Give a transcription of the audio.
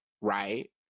right